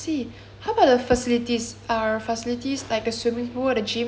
the facilities are our facilities like the swimming pool and the gym did you use that